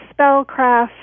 spellcraft